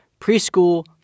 preschool